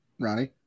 Ronnie